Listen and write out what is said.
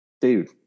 dude